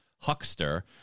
huckster